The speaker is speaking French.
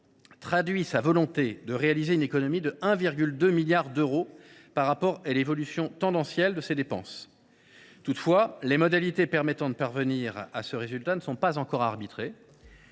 traduit sa volonté de réaliser une économie de 1,2 milliard d’euros par rapport à l’évolution tendancielle de ces dépenses. Toutefois, les modalités permettant de parvenir à ce résultat ne sont pas encore arbitrées.